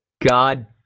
God